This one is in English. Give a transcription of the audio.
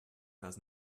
does